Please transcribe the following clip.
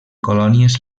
colònies